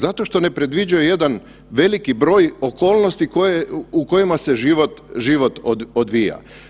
Zato što ne predviđaju jedan veliki broj okolnosti u kojima se život, život odvija.